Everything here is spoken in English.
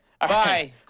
bye